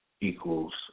equals